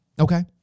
Okay